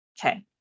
Okay